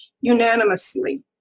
unanimously